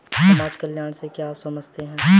समाज कल्याण से आप क्या समझते हैं?